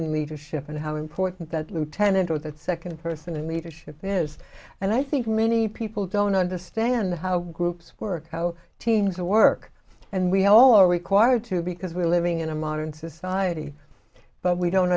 in leadership and how important that lieutenant or that second person in leadership is and i think many people don't understand how groups work how teams work and we all are required to because we're living in a modern society but we don't